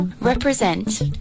represent